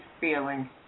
feeling